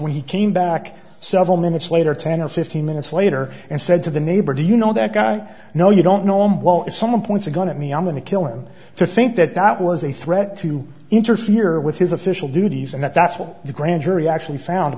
when he came back several minutes later ten or fifteen minutes later and said to the neighbor do you know that guy i know you don't know him well if someone points a gun at me i'm going to kill him to think that that was a threat to interfere with his official duties and that's what the grand jury actually found